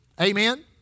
Amen